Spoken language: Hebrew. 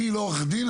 אני לא עורך דין,